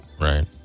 Right